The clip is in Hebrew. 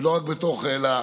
ולא רק בתוך אלא